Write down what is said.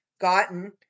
gotten